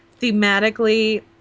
thematically